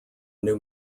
new